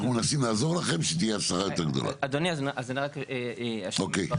אנחנו נעזור לכם על מנת שתהיה הצלחה יותר גדולה.